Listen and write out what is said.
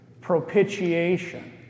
propitiation